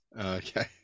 okay